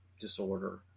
disorder